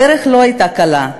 הדרך לא הייתה קלה.